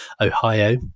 Ohio